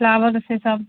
flower से सब